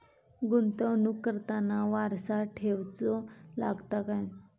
गुंतवणूक करताना वारसा ठेवचो लागता काय?